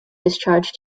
discharge